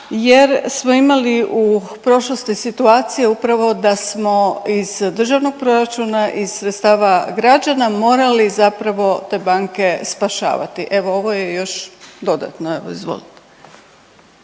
jer smo imali u prošlosti situacija upravo da smo iz državnog proračuna, iz sredstava građana morali zapravo te banke spašavati. Evo ovo je još dodatno. Evo izvolite.